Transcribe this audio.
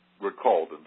recalled